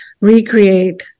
recreate